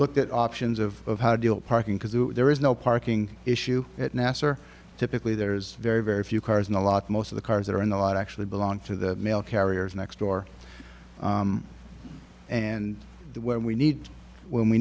look at options of how to deal parking because there is no parking issue at nasser typically there's very very few cars in the lot most of the cars that are in the lot actually belong to the mail carriers next door and when we need w